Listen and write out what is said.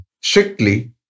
strictly